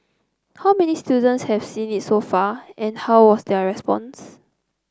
how many students have seen it so far and how was their response